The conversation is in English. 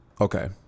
Okay